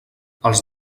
els